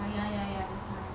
ya ya ya that's why